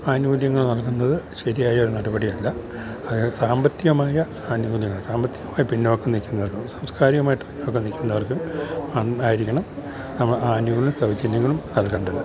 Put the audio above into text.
ആനുകൂല്യങ്ങൾ നൽകുന്നത് ശരിയായൊരു നടപടിയല്ല അതു സാമ്പത്തികമായ ആനുകൂല്യങ്ങൾ സാമ്പത്തികമായി പിന്നോക്കം നില്ക്കുന്നവർക്കും സാംസ്കാരികമായിട്ട് പിന്നോക്കം നില്ക്കുന്നവർക്കും ആയിരിക്കണം നമ്മള് ആനുകൂല്യങ്ങളും സൗജന്യങ്ങളും നൽകണ്ടത്